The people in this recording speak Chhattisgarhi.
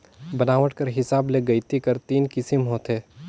बनावट कर हिसाब ले गइती कर तीन किसिम होथे